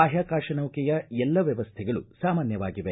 ಬಾಹ್ವಾಕಾಶ ನೌಕೆಯ ಎಲ್ಲ ವ್ಯವಸ್ಥೆಗಳು ಸಾಮಾನ್ಯವಾಗಿವೆ